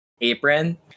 apron